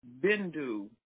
bindu